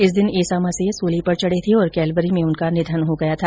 इस दिन ईसा मसीह सूली पर चढे थे और कैलवरी में उनका निधन हो गया था